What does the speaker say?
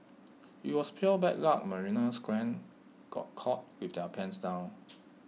IT was pure bad luck marina square got caught with their pants down